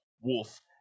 wolf